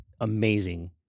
amazing